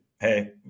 hey